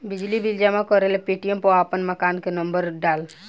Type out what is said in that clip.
बिजली बिल जमा करेला पेटीएम पर आपन मकान के नम्बर डाल